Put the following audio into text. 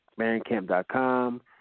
mancamp.com